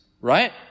right